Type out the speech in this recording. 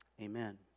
Amen